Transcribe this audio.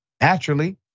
Naturally